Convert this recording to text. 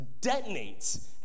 detonates